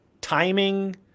timing